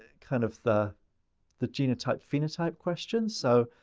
ah kind of the the genotype-phenotype questions. so,